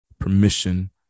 permission